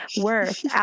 worth